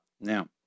Now